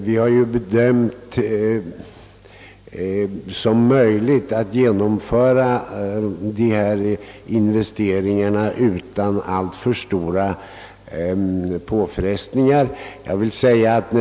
Vi har bedömt det som möjligt att genomföra de investeringarna utan alltför stora påfrestningar.